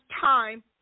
time